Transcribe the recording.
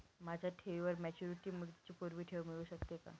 माझ्या ठेवीवर मॅच्युरिटी मुदतीच्या पूर्वी ठेव मिळू शकते का?